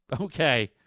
Okay